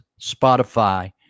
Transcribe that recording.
Spotify